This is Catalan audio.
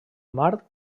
mar